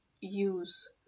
use